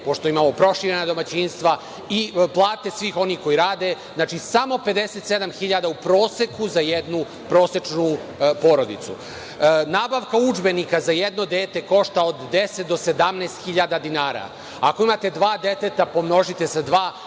pošto imamo proširena domaćinstva i plate svih onih koji rade. Znači, samo 57 hiljada u proseku za jednu prosečnu porodicu. Nabavka udžbenika za jedno dete košta od 10 do 17 hiljada dinara. Ako imate dva deteta, pomnožite sa dva.